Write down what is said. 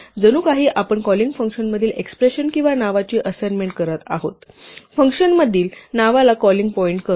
जणू काही आपण कॉलिंग फंक्शनमधील एक्सप्रेशन किंवा नावाची असाइनमेंट करत आहोत फंक्शनमधील नावाला कॉलिंग पॉइंट करतो